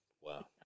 Wow